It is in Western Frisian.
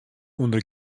ûnder